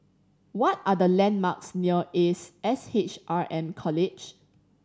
what are the landmarks near Ace S H R M College